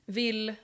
vill